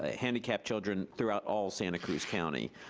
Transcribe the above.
ah handicapped children throughout all santa cruz county.